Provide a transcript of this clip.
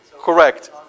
Correct